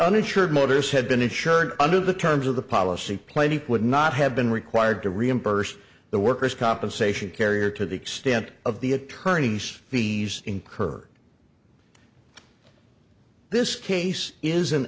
uninsured motorist had been insured under the terms of the policy plenty would not have been required to reimburse the worker's compensation carrier to the extent of the attorney's fees incurred this case is